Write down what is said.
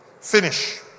Finish